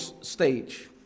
stage